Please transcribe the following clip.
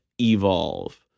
evolve